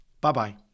Bye-bye